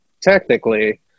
technically